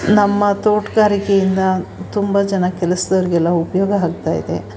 ನಮ್ಮ ತೋಟಗಾರಿಕೆ ಇಂದ ತುಂಬ ಜನ ಕೆಲಸದವ್ರಿಗೆಲ್ಲ ಉಪಯೋಗ ಆಗ್ತಾ ಇದೆ